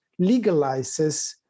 legalizes